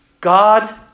God